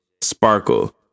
sparkle